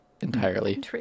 entirely